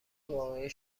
واقعی